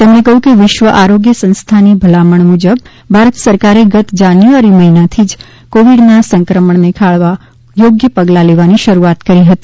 તેમણે કહ્યું કે વિશ્વ આરોગ્ય સંસ્થાની ભલામણ મુજબ ભારત સરકારે ગત જાન્યુઆરી મહિનાથી જ કોવિડના સંક્રમણને ખાળવા યોગ્ય પગલાં લેવાની શરૂઆત કરી હતી